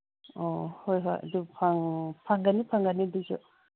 ꯑꯣ ꯍꯣꯏ ꯍꯣꯏ ꯑꯗꯨ ꯐꯪꯒꯅꯤ ꯐꯪꯒꯅꯤ ꯑꯗꯨꯁꯨ